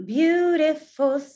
beautiful